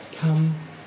Come